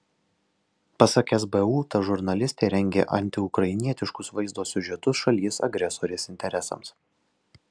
pasak sbu ta žurnalistė rengė antiukrainietiškus vaizdo siužetus šalies agresorės interesams